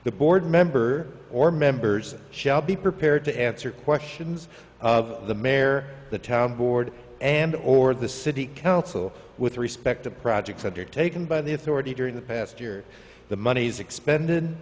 the board member or members shall be prepared to answer questions of the mare the town board and or the city council with respect to projects undertaken by the authority during the past year the monies expended